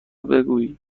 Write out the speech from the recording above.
بگویی